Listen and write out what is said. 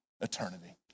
eternity